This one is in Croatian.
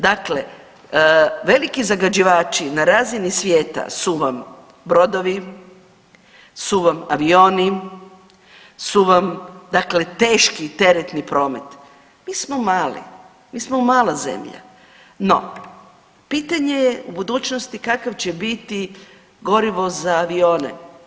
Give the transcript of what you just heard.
Dakle, veliki zagađivači na razini svijeta su vam brodovi, su vam avioni, su vam dakle teški teretni promet, mi smo mali, mi smo mala zemlja, no pitanje je budućnosti kakav će biti gorivo za avione.